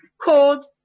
called